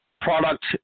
product